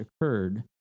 occurred